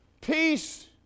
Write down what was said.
peace